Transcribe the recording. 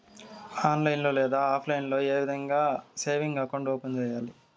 online లో లేదా offline లో ఏ విధంగా సేవింగ్ అకౌంట్ ఓపెన్ సేయాలి